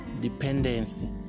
dependency